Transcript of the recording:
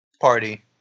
Party